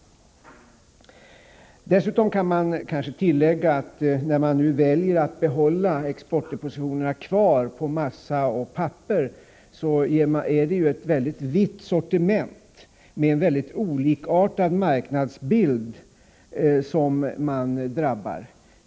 Dessutom kan jag kanske tillägga, att när man nu väljer att behålla exportdepositionerna på massa och papper, är det ett mycket vitt sortiment med en mycket olikartad marknadsbild som man drabbar.